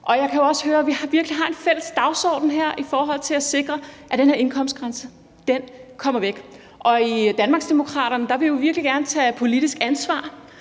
Og jeg kan jo også høre, at vi virkelig har en fælles dagsorden her i forhold til at sikre, at den her indkomstgrænse kommer væk. I Danmarksdemokraterne vil vi jo virkelig gerne tage politisk ansvar,